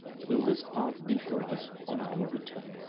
will this path be for us on our return.